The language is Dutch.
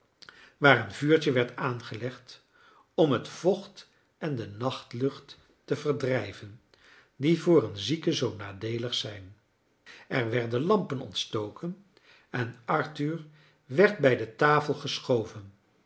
waar een vuurtje werd aangelegd om het vocht en de nachtlucht te verdrijven die voor een zieke zoo nadeelig zijn er werden lampen ontstoken en arthur werd bij de tafel geschoven